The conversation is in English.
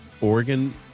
Oregon